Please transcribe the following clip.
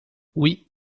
oui